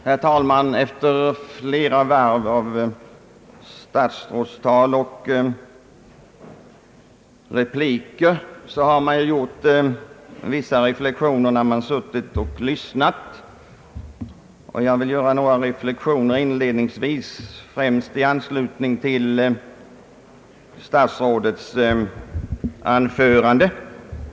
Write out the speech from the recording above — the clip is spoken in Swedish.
Herr talman! Efter flera varv av statsrådstal och repliker har jag gjort vissa reflexioner under tiden jag suttit och lyssnat. Jag vill ge uttryck för några av dem inledningsvis, främst i anslutning till statsrådet Lundkvists anförande.